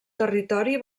territori